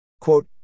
Quote